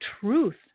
truth